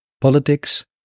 politics